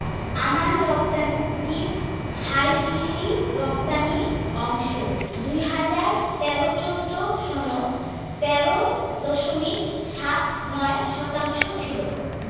আমান রপ্তানিত হালকৃষি রপ্তানি অংশ দুই হাজার তেরো চৌদ্দ সনত তেরো দশমিক সাত নয় শতাংশ ছিল